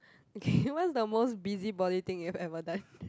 okay what is the most busybody thing you've ever done